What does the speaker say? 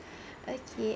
okay